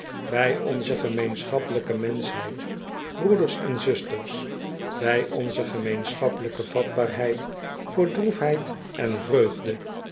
bij onze gemeenschappelijke menschheid broeders en zusters bg onze gemeenschappelijke vatbaarheid voor droefheid en vreugde